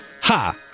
Ha